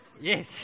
Yes